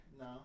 No